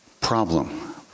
problem